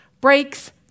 breaks